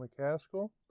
mccaskill